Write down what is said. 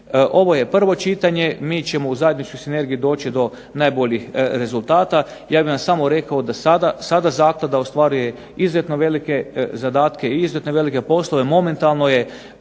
Ovo je prvo čitanje. Mi ćemo u zajedničkoj sinergiji doći do najboljih rezultata. Ja bih vam samo rekao da sada zaklada ostvaruje izuzetno velike zadatke i izuzetno velike poslove.